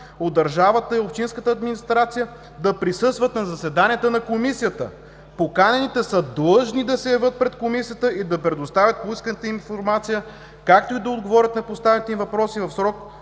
от държавната и общинската администрация да присъстват на заседание на комисията. Поканените са длъжни да се явят пред комисията и да предоставят поисканата им информация, както и да отговарят на поставените им въпроси в срок